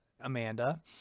Amanda